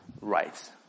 rights